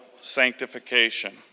Sanctification